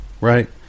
right